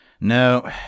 no